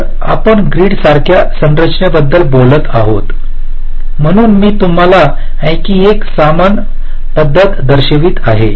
तरआपण ग्रीड सारख्या संरचनेबद्दल बोलत आहोत म्हणून मी तुम्हाला आणखी एक समान पध्दत दर्शवित आहे